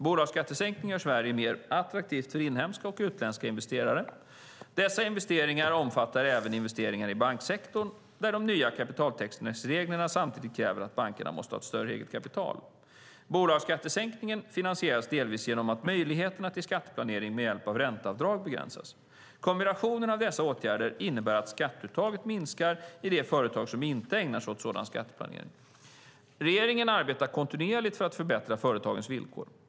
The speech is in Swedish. Bolagsskattesänkningen gör Sverige mer attraktivt för inhemska och utländska investeringar. Dessa investeringar omfattar även investeringar i banksektorn där de nya kapitaltäckningsreglerna samtidigt kräver att bankerna måste ha ett större eget kapital. Bolagsskattesänkningen finansieras delvis genom att möjligheterna till skatteplanering med hjälp av ränteavdrag begränsas. Kombinationen av dessa åtgärder innebär att skatteuttaget minskar i de företag som inte ägnar sig åt sådan skatteplanering. Regeringen arbetar kontinuerligt för att förbättra företagens villkor.